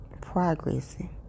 progressing